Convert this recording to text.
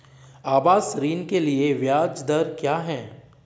आवास ऋण के लिए ब्याज दर क्या हैं?